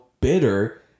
bitter